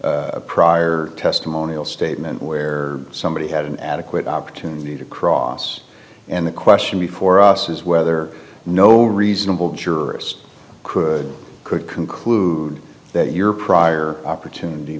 a prior testimonial statement where somebody had an adequate opportunity to cross and the question before us is whether no reasonable jurist could could conclude that your prior opportunity